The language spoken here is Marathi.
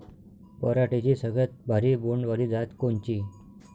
पराटीची सगळ्यात भारी बोंड वाली जात कोनची?